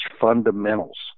fundamentals